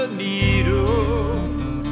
needles